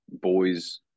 boys